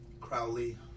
Crowley